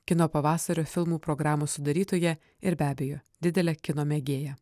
kino pavasario filmų programos sudarytoja ir be abejo didelė kino mėgėja